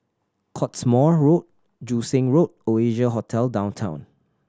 Cottesmore Road Joo Seng Road Oasia Hotel Downtown